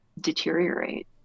deteriorate